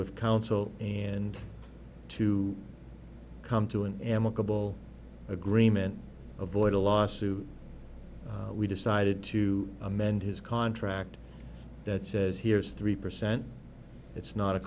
with counsel and to come to an amicable agreement avoid a lawsuit we decided to amend his contract that says here is three percent it's not a